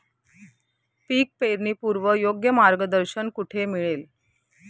पीक पेरणीपूर्व योग्य मार्गदर्शन कुठे मिळेल?